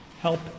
Help